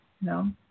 No